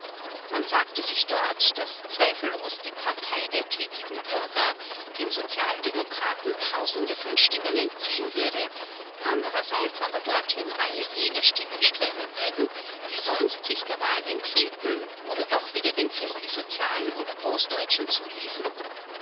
man sagte sich dort daß zweifellos die partei der tätigen bürger den sozialdemokraten tausende von stimmen entziehen würde andererseits aber dorthin alle jene stimmen strömen würden die sonst sich der wahl enthielten oder doch wieder den christlichsozialen oder großdeutschen zuliefen